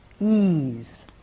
ease